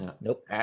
Nope